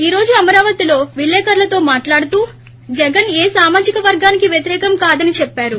ఈ రోజు అమరావతి లో విలేఖరులతో మాట్లాడుతూ జగన్ ఏ సామాజికవర్గానికీ వ్యతిరేకం కాదని చెప్పారు